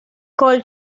called